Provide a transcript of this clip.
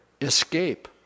escape